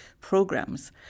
programs